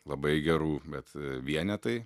labai gerų bet vienetai